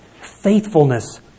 faithfulness